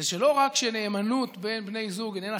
זה שלא רק שנאמנות בין בני זוג איננה